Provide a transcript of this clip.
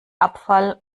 abfall